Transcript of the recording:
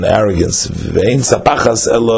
arrogance